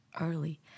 early